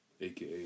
aka